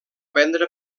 vendre